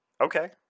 Okay